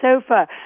sofa